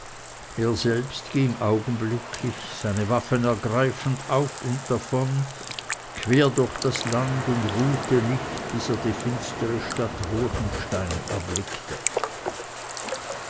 er selbst ging augenblicklich seine waffen ergreifend auf und davon quer durch das land und ruhte nicht bis er die finstere stadt ruechenstein erblickte